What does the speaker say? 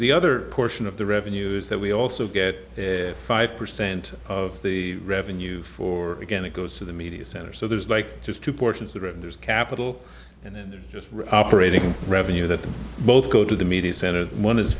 the other portion of the revenues that we also get five percent of the revenue for again it goes to the media center so there's like just two portions the revenues capital and then there's just parading revenue that both go to the media center one is